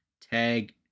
tag